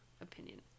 opinion